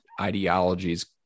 ideologies